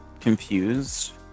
confused